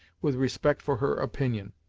with respect for her opinion.